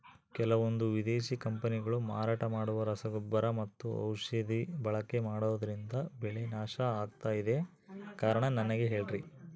ಕೆಲವಂದು ವಿದೇಶಿ ಕಂಪನಿಗಳು ಮಾರಾಟ ಮಾಡುವ ರಸಗೊಬ್ಬರ ಮತ್ತು ಔಷಧಿ ಬಳಕೆ ಮಾಡೋದ್ರಿಂದ ಬೆಳೆ ನಾಶ ಆಗ್ತಾಇದೆ? ಕಾರಣ ನನಗೆ ಹೇಳ್ರಿ?